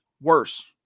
worse